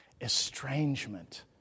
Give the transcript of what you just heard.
Estrangement